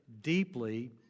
Deeply